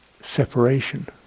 separation